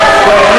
אני,